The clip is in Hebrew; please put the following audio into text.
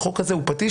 החוק הזה הוא פטיש,